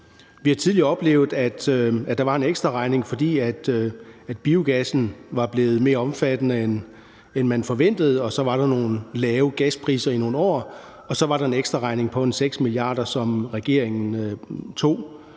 Vi har tidligere oplevet, at der var en ekstraregning, fordi biogassen var blevet mere omfattende, end man forventede, og så var der nogle lave priser i nogle år, og så var der en ekstraregning på 6 mia. kr., som regeringen tog.